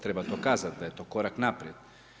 Treba to kazati, da je to korak naprijed.